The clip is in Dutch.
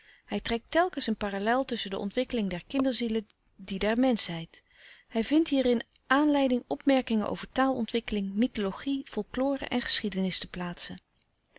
hij trekt telkens een parallel tusschen de ontwikkeling der kinderziel en die der menschheid hij vindt hierin aanleiding opmerkingen over taalontwikkeling mythologie folklore en geschiedenis te plaatsen